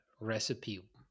recipe